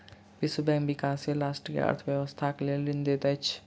विश्व बैंक विकाशील राष्ट्र के अर्थ व्यवस्थाक लेल ऋण दैत अछि